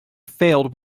failed